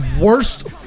worst